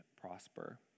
prosper